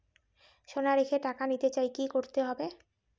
সোনা রেখে টাকা নিতে চাই কি করতে হবে?